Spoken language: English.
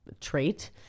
trait